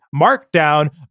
Markdown